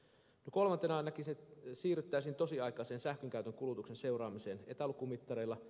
kolmantena siirryttäisiin tosiaikaiseen sähkönkulutuksen seuraamiseen etälukumittareilla